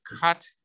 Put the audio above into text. cut